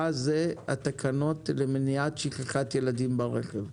ואלה התקנות למניעת שכחת ילדים ברכב.